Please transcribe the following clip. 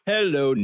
Hello